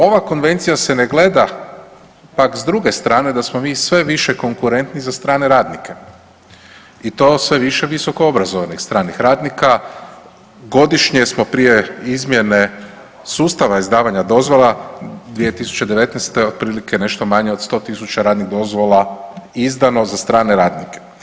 Ova konvencija se ne gleda pak s druge strane da smo mi sve više konkurentni za strane radnike i to sve više visoko obrazovanih stranih radnika, godišnje smo prije izmjene sustava izdavanja dozvola 2019. otprilike nešto manje od 100.000 radnih dozvola izdano za strane radnike.